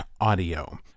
audio